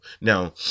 Now